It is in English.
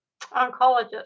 oncologist